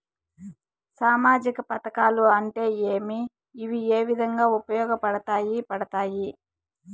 సామాజిక పథకాలు అంటే ఏమి? ఇవి ఏ విధంగా ఉపయోగపడతాయి పడతాయి?